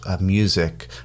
music